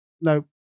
No